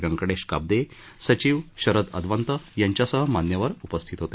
व्यंकटेश काब्दे सचिव शरद अदवंत यांच्यासह मान्यवर उपस्थित होते